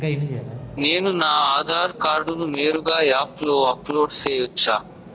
నేను నా ఆధార్ కార్డును నేరుగా యాప్ లో అప్లోడ్ సేయొచ్చా?